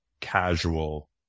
casual